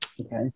Okay